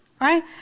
right